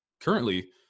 Currently